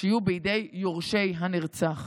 שתהיה בידי יורשי הנרצח.